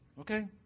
Okay